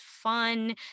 fun